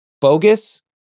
bogus